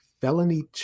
felony